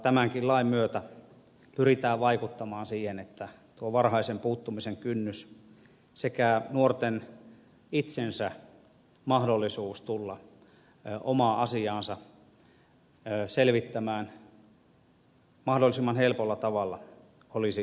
tämänkin lain myötä pyritään vaikuttamaan siihen että tuo varhaisen puuttumisen kynnys sekä nuorten itsensä mahdollisuus tulla omaa asiaansa selvittämään mahdollisimman helpolla tavalla olisi mahdollista